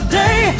day